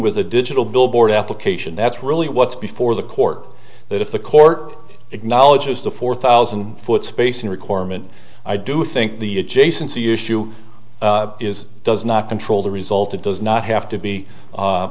with a digital billboard application that's really what's before the court that if the court acknowledges the four thousand foot spacing requirement i do think the adjacency issue is does not control the result it does not have to be